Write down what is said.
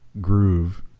groove